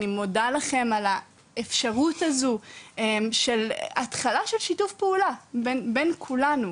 אני מודה לכם על האפשרות הזו של התחלה של שיתוף פעולה בין כולנו.